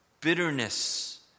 Bitterness